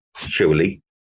Surely